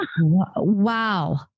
Wow